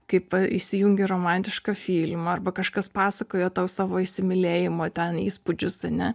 kaip įsijungi romantišką filmą arba kažkas pasakoja tau savo įsimylėjimo ten įspūdžius ane